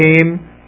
came